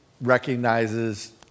recognizes